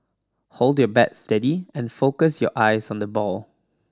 hold your bat steady and focus your eyes on the ball